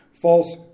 false